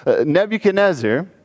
Nebuchadnezzar